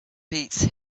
beats